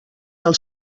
del